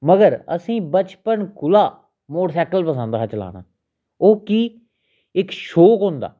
मगर असेंई बचपन कोला मोटरसाइकल पसंद हा चलाना ओह् कि इक शौक होंदा